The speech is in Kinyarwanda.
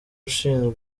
ushinzwe